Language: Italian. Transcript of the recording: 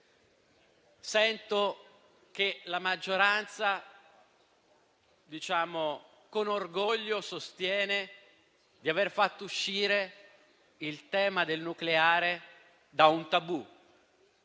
Sento che la maggioranza sostiene con orgoglio di aver fatto uscire il tema del nucleare da un tabù